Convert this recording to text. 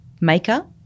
maker